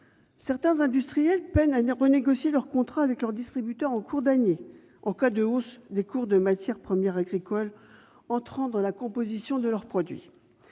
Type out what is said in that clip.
certains industriels peinent à renégocier leurs contrats avec leurs distributeurs en cours d'année en cas de hausse des cours des matières premières agricoles entrant dans la composition de leurs produits